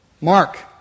Mark